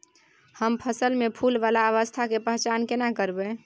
हम फसल में फुल वाला अवस्था के पहचान केना करबै?